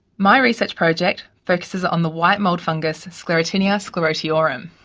my research project focuses on the white mould fungus sclerotinia sclerotiorum.